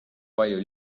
palju